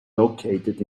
located